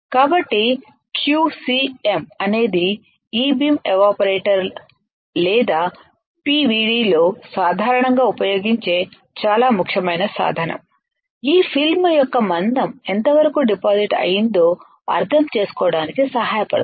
కాబట్టి QCM అనేది e beam evaporator లేదా పివిడిలో సాధారణంగా ఉపయోగించే చాలా ముఖ్యమైన సాధనం ఈ ఫిల్మ్యొక్క మందం ఎంతవరకు డిపాజిట్ అయ్యిందో అర్థం చేసుకోవడానికి సహాయపడుతుంది